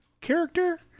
character